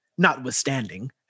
Notwithstanding